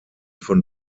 von